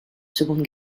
seconde